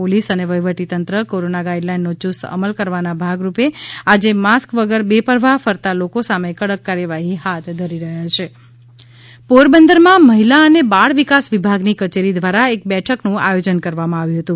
police અના વહીવટીતંત્ર corona ગાઇડલાઇનનો યુસ્ત અમલ કરાવવાના ભાગરૂપ આજે માસ્ક વગર બપ્તરવાહ ફરતા લોકો સામાકડક કાર્યવાહી હાથ ધરી છા પોરબંદર તાલીમ બઠક પોરબંદરમાં મહિલા અન બાળવિકાસ વિભાગની કચાંદી દ્વારા એક બઠકનું આથીજન કરવામાં આવ્યું હતું